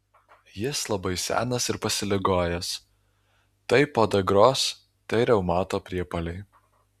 jis labai senas ir pasiligojęs tai podagros tai reumato priepuoliai